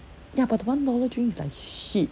ya but the one dollar drink is like shit